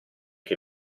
che